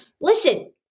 listen